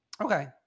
Okay